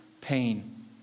pain